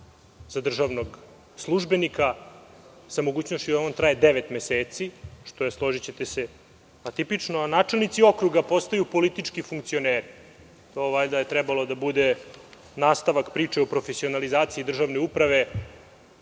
za državnog službenika sa mogućnošću da on traje devet meseci, što je, složićete se, atipično, a načelnici okruga postaju politički funkcioneri. Trebalo je da to bude nastavak priče o profesionalizaciji državne uprave